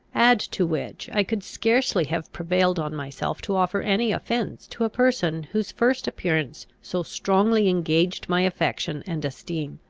add to which, i could scarcely have prevailed on myself to offer any offence to a person whose first appearance so strongly engaged my affection and esteem.